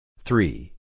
Three